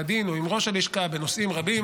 הדין או עם ראש הלשכה בנושאים רבים,